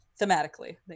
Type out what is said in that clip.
thematically